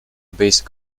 base